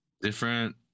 Different